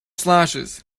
slashes